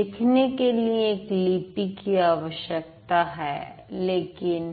लिखने के लिए एक लिपि की आवश्यकता है लेकिन